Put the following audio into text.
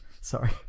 Sorry